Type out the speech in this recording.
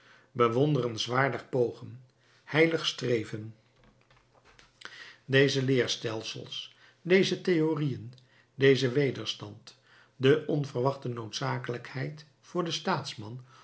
bewonderenswaardig pogen heilig streven deze leerstelsels deze theorieën deze wederstand de onverwachte noodzakelijkheid voor den